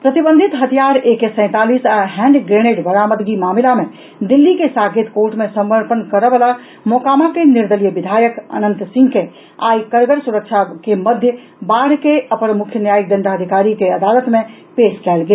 प्रतिबंधित हथियार A K सैंतालिस आ हैण्ड ग्रेनेड बरामदगी मामिला मे दिल्ली के साकेत कोर्ट मे समर्पण करऽवला मोकामा के निर्दलीय विधायक अनंत सिंह के आई कड़गर सुरक्षा के मध्य बाढ़ के अपर मुख्य न्यायिक दंडाधिकारी के अदालत मे पेश कयल गेल